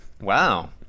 Wow